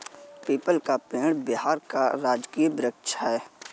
people का पेड़ बिहार का राजकीय वृक्ष है